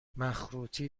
مخروطی